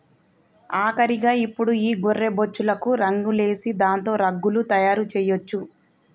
ఆఖరిగా ఇప్పుడు ఈ గొర్రె బొచ్చులకు రంగులేసి దాంతో రగ్గులు తయారు చేయొచ్చు